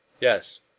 Yes